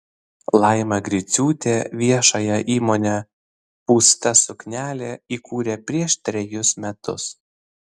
laima griciūtė viešąją įmonę pūsta suknelė įkūrė prieš trejus metus